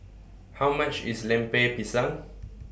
How much IS Lemper Pisang